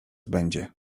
będzie